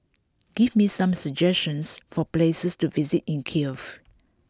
give me some suggestions for places to visit in Kiev